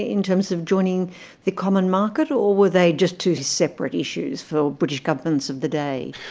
in terms of joining the common market, or where they just two separate issues for british governments of the day?